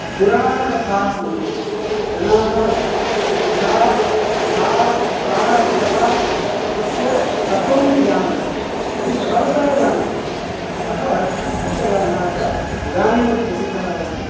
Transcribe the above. पुराणकथाः सन्ति जनाः कथा कथा ताः अपि कथा तस्य तत्वमपि जानन्ति बहु सरलतया जानन्ति अतः यक्षगानः अत्र इदानीमपि प्रसिद्धः अस्ति